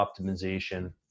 optimization